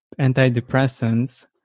antidepressants